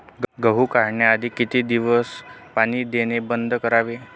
गहू काढण्याआधी किती दिवस पाणी देणे बंद करावे?